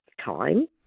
time